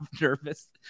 nervous